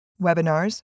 webinars